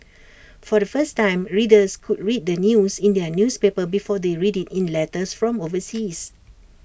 for the first time readers could read the news in their newspaper before they read IT in letters from overseas